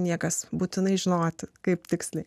niekas būtinai žinoti kaip tiksliai